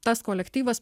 tas kolektyvas